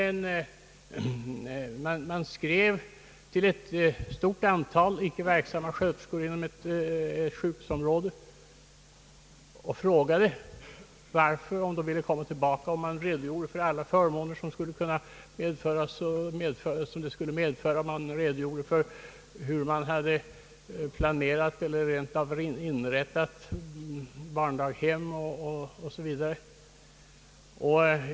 Ett sjukhus skrev till ett stort antal icke verksamma sköterskor inom sjukhusområdet och frågade, om de ville komma tillbaka i tjänst, och man redogjorde för alla förmåner som detta skulle medföra och för hur man hade planerat inrättande av barndaghem o.s.v.